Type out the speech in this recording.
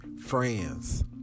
Friends